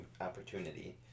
opportunity